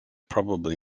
probably